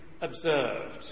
Observed